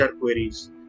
queries